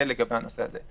זה לגבי הנושא הזה.